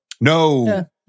No